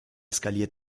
skaliert